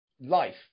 life